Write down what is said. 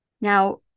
Now